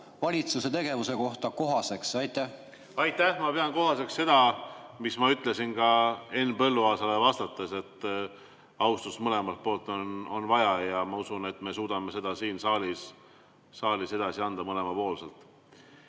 valitsuse tegevuse kohta, kohaseks? Aitäh! Ma pean kohaseks seda, mis ma ütlesin ka Henn Põlluaasale vastates, et austust mõlemalt poolt on vaja, ja ma usun, et me suudame seda siin saalis edasi anda mõlemapoolselt.